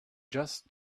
just